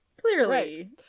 Clearly